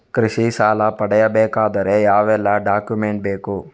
ಕೃಷಿ ಸಾಲ ಪಡೆಯಬೇಕಾದರೆ ಯಾವೆಲ್ಲ ಡಾಕ್ಯುಮೆಂಟ್ ಬೇಕು?